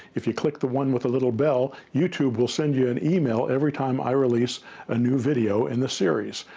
if you click the one with the little bell, youtube will send you and email every time i release a new video in the series.